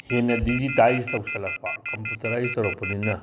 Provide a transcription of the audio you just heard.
ꯍꯦꯟꯅ ꯗꯤꯖꯤꯇꯥꯏꯁ ꯇꯧꯁꯤꯜꯂꯛꯄ ꯀꯝꯄꯨꯇꯔꯥꯏ ꯇꯧꯔꯛꯄꯅꯤꯅ